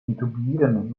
intubieren